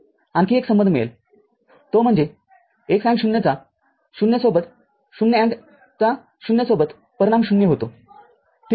आणखी एक संबंध मिळेल तो म्हणजे x AND ० चा ० सोबत ०- AND चा ० सोबतपरिणाम ० होतो ठीक आहे